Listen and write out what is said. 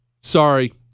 Sorry